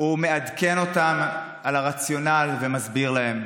הוא מעדכן אותם ומסביר להם,